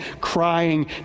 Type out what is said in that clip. crying